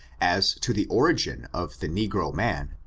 as to the origin of the negro man,